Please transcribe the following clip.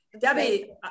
Debbie